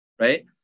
right